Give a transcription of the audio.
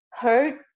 hurt